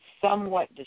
Somewhat